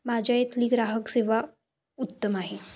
माझ्या इथली ग्राहक सेवा उत्तम आहे